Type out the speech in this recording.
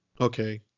okay